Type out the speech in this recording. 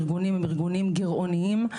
ארגונים על ארגונים גרעוניים.